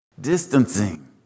Distancing